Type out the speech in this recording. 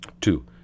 Two